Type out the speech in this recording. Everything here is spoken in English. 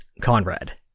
Conrad